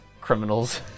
criminals